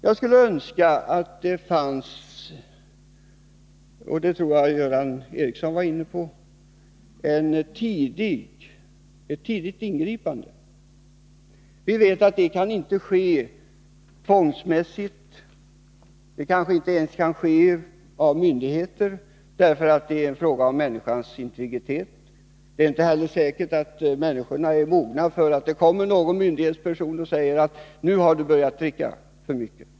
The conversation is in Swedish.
Jag skulle önska att det, som också Göran Ericsson var inne på, fanns en möjlighet till ett tidigt ingripande. Vi vet att det inte kan ske med tvång, och det kanske inte ens kan göras med hjälp av myndigheter. Det gäller ju en fråga om människans integritet. Det är inte säkert att människorna är mogna för att höra från en myndighetsperson: Nu har du börjat dricka för mycket.